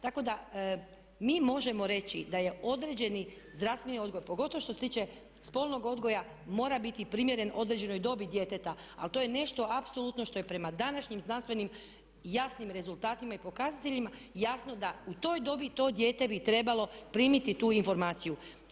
Tako da mi možemo reći da je određeni zdravstveni odgoj pogotovo što se tiče spolnog odgoja mora biti primjeren određenoj dobi djeteta, ali to je nešto apsolutno što je prema današnjim znanstvenim i jasnim rezultatima i pokazateljima jasno da u toj dobi to dijete bi trebalo primiti tu informaciju.